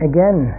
Again